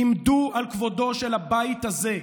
עמדו על כבודו של הבית הזה.